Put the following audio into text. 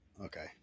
Okay